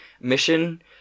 mission